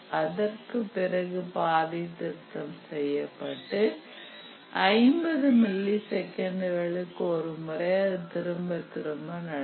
அதற்குப் பிறகு பாதை திருத்தம் செய்யப்பட்டு 50 மில்லி செகண்டுகளுக்கு ஒருமுறை அது திரும்பத் திரும்ப நடக்கும்